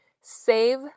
save